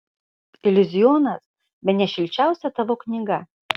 iliuzionas bene šilčiausia tavo knyga